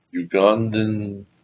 Ugandan